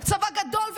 צבא גדול ואדיר,